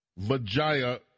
Vajaya